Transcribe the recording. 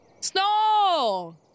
Snow